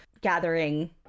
gathering